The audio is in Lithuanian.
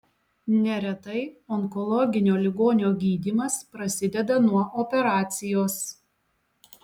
neretai onkologinio ligonio gydymas prasideda nuo operacijos